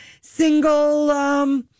single